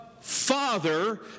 Father